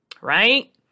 right